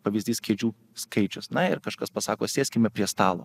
pavyzdys kėdžių skaičius na ir kažkas pasako sėskime prie stalo